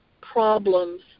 problems